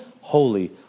Holy